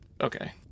Okay